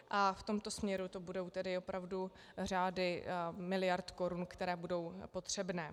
A v tomto směru to budou opravdu řády miliard korun, které budou potřebné.